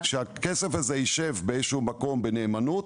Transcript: שהכסף הזה ישב באיזה שהוא מקום בנאמנות,